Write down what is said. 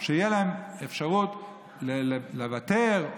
שתהיה להם אפשרות לוותר,